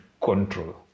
control